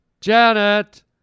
Janet